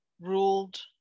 ruled